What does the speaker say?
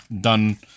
done